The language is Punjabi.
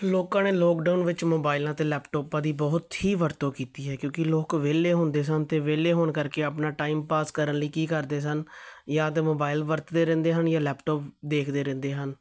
ਲੋਕਾਂ ਨੇ ਲੋਕਡਾਊਨ ਵਿੱਚ ਮੋਬਾਇਲਾਂ ਅਤੇ ਲੈਪਟੋਪਾਂ ਦੀ ਬਹੁਤ ਹੀ ਵਰਤੋਂ ਕੀਤੀ ਹੈ ਕਿਉਂਕਿ ਲੋਕ ਵਿਹਲੇ ਹੁੰਦੇ ਸਨ ਅਤੇ ਵਿਹਲੇ ਹੋਣ ਕਰਕੇ ਆਪਣਾ ਟਾਈਮ ਪਾਸ ਕਰਨ ਲਈ ਕੀ ਕਰਦੇ ਸਨ ਜਾਂ ਤਾਂ ਮੋਬਾਇਲ ਵਰਤਦੇ ਰਹਿੰਦੇ ਹਨ ਜਾਂ ਲੈਪਟਾਪ ਦੇਖਦੇ ਰਹਿੰਦੇ ਹਨ